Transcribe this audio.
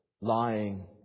lying